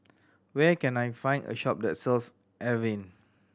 where can I find a shop that sells Avene